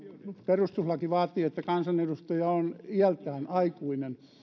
perustuslakimme vaatii että kansanedustaja on iältään aikuinen